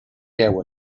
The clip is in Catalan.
veu